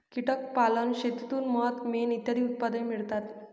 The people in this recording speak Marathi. कीटक पालन शेतीतून मध, मेण इत्यादी उत्पादने मिळतात